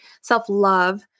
self-love